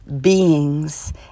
beings